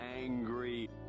angry